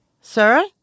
Sir